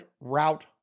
route